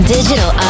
Digital